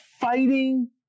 fighting